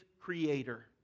creator